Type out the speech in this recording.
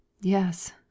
yes